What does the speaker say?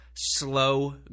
Slow